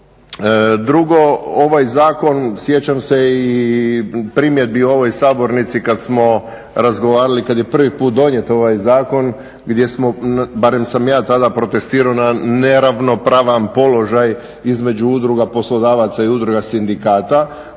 Drugo, ovaj zakon sjećam se i primjedbi u ovoj sabornici kad smo razgovarali, kad je prvi put donijet ovaj zakon gdje smo, barem sam ja tada protestirao na neravnopravan položaj između Udruga poslodavaca i Udruga sindikata.